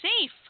safe